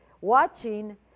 watching